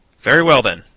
very well, then,